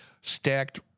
stacked